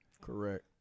Correct